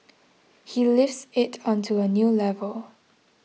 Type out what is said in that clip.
he lifts it onto a new level